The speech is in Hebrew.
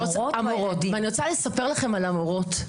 אני רוצה לספר לכם על המורות.